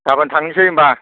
गाबोन थांसै होनब्ला